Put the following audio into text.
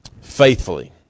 faithfully